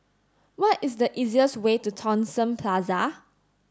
what is the easiest way to Thomson Plaza